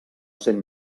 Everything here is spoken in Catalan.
sent